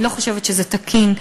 אני לא חושבת שזה תקין,